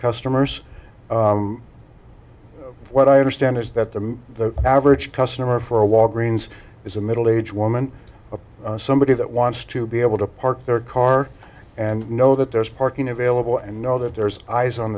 customers what i understand is that the average customer for a lot greens is a middle aged woman a somebody that wants to be able to park their car and know that there's parking available and know that there's ice on